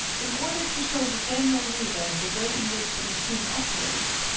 in order to show the general reader the way in which the machine operates,